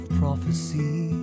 prophecy